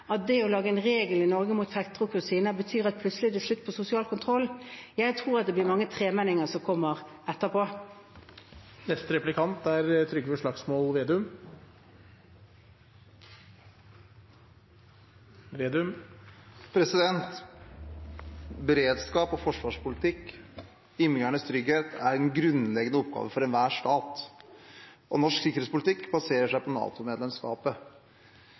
at det å lage en regel i Norge om fettere og kusiner betyr at det plutselig blir slutt på sosial kontroll, tror jeg at det blir mange tremenninger som kommer etterpå. Beredskap og forsvarspolitikk og innbyggernes trygghet er en grunnleggende oppgave for enhver stat, og norsk sikkerhetspolitikk baserer seg på